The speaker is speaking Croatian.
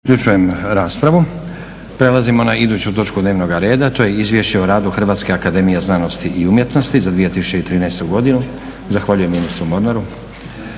Nenad (SDP)** Prelazimo na iduću točku dnevnoga reda. To je - Izvješće o radu Hrvatske akademije znanosti i umjetnosti za 2013. godinu Zahvaljujem ministru Mornaru.